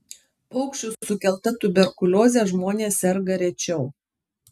paukščių sukelta tuberkulioze žmonės serga rečiau